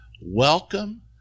welcome